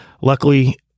luckily